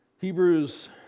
Hebrews